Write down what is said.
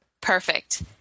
perfect